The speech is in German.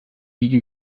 wiege